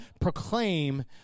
proclaim